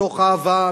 מתוך אהבה,